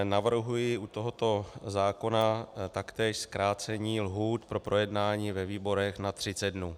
Navrhuji u tohoto zákona taktéž zkrácení lhůt pro projednání ve výborech na 30 dnů.